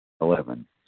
Eleven